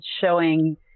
showing